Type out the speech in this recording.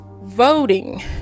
voting